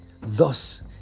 Thus